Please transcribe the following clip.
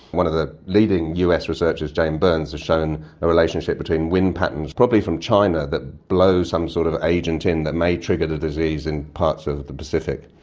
one of the leading us researchers, jane burns, has shown a relationship between wind patterns, probably from china, that blows some sort of agent in that may trigger the disease in parts of the pacific.